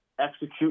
execute